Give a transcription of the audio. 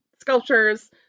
sculptures